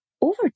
over